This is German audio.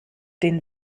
den